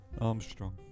Armstrong